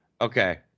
Okay